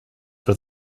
for